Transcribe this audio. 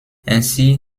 ainsi